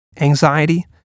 anxiety